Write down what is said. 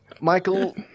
Michael